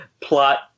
plot